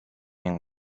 این